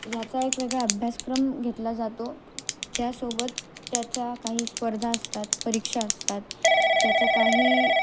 याचा एक वेगळा अभ्यासक्रम घेतला जातो त्यासोबत त्याचा काही स्पर्धा असतात परीक्षा असतात त्याच्या काही